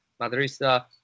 madrista